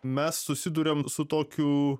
mes susiduriam su tokiu